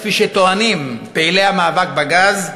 כפי שטוענים פעילי המאבק בגז,